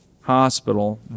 Hospital